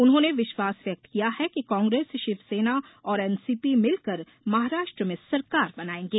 उन्होंने विश्वास व्यक्त किया कि कांग्रेस शिवसेना और एनसीपी मिलकर महाराष्ट्र में सरकार बनायेंगे